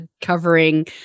covering